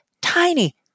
tiny